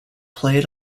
played